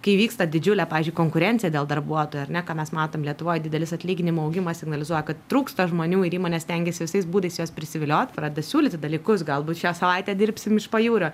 kai vyksta didžiulė pavyzdžiui konkurencija dėl darbuotojo ar ne ką mes matom lietuvoj didelis atlyginimų augimas signalizuoja kad trūksta žmonių ir įmonės stengiasi visais būdais juos prisiviliot pradeda siūlyti dalykus galbūt šią savaitę dirbsim iš pajūrio